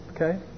okay